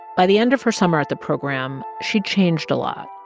by the end of her summer at the program, she'd changed a lot.